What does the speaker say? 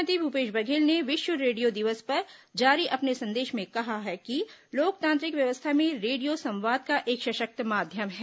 मुख्यमंत्री भूपेष बघेल ने विष्व रेडियो दिवस पर जारी अपने संदेष में कहा है कि लोकतांत्रिक व्यवस्था में रेडियो संवाद का एक सषक्त माध्यम है